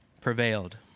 prevailed